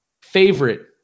favorite